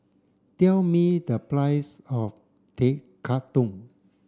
tell me the price of Tekkadon